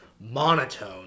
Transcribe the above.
monotone